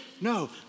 No